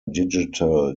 digital